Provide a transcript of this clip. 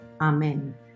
Amen